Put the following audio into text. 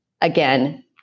again